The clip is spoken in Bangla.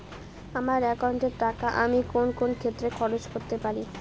আমার একাউন্ট এর টাকা আমি কোন কোন ক্ষেত্রে খরচ করতে পারি?